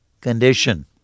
condition